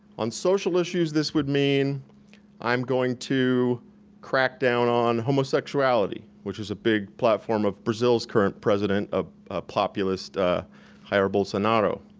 on social issues this would mean i'm going to crack down on homosexuality. which is a big platform of brazil's current president ah populist jair bolsonaro.